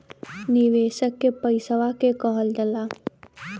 निवेशक के पइसवा के कहल जाला